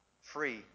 free